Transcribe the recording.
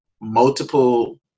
multiple